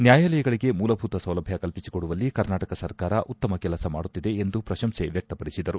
ನ್ಯಾಯಾಲಯಗಳಿಗೆ ಮೂಲಭೂತ ಸೌಲಭ್ಞ ಕಲ್ಪಿಸಿಕೊಡುವಲ್ಲಿ ಕರ್ನಾಟಕ ಸರ್ಕಾರ ಉತ್ತಮ ಕೆಲಸ ಮಾಡುತ್ತಿದೆ ಎಂದು ಪ್ರಶಂಸೆ ವ್ಯಕ್ತಪಡಿಸಿದರು